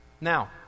Now